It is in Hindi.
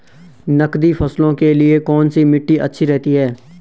नकदी फसलों के लिए कौन सी मिट्टी अच्छी रहती है?